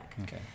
Okay